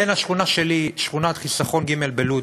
בין השכונה שלי, שכונת חיסכון ג' בלוד,